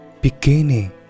Beginning